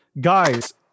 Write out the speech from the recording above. guys